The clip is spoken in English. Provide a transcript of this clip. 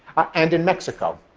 and in mexico.